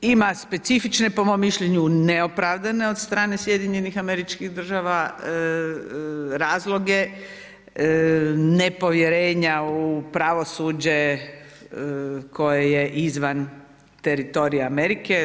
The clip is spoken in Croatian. Ima specifične po mom mišljenju neopravdane od strane SAD-a razloge, nepovjerenja u pravosuđe koje je izvan teritorija Amerike.